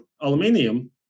aluminium